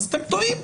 אתם טועים.